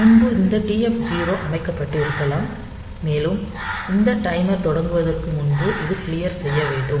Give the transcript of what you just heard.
முன்பு இந்த TF0 அமைக்கப்பட்டிருக்கலாம் மேலும் இந்த டைமர் தொடங்குவதற்கு முன்பு இது க்ளியர் செய்ய வேண்டும்